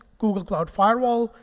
google cloud firewall,